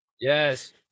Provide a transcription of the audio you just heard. Yes